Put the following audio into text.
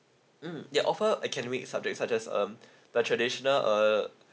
mm ya offer academic subject such as um the traditional uh